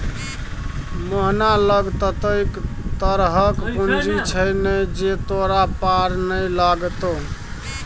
मोहना लग ततेक तरहक पूंजी छै ने जे तोरा पार नै लागतौ